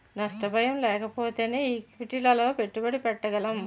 నష్ట భయం లేకపోతేనే ఈక్విటీలలో పెట్టుబడి పెట్టగలం